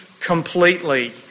completely